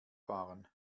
fahren